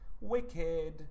wicked